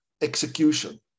execution